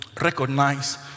recognize